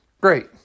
Great